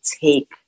take